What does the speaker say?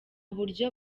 buryo